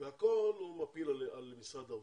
והכל הוא מפיל על משרד האוצר.